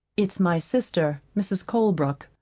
it's my sister, mrs. colebrook.